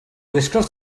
discuss